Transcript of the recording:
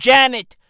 Janet